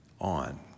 on